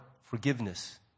forgiveness